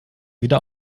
wieder